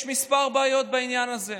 יש כמה בעיות בעניין הזה: